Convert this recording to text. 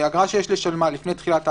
אגרה שיש לשלמה לפני תחילת הליך,